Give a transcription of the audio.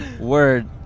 Word